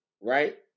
right